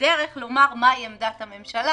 דרך לומר מהי עמדת הממשלה.